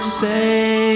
say